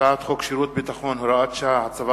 הצעת חוק שירות ביטחון (הוראת שעה) (הצבת